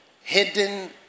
Hidden